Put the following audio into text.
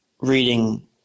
reading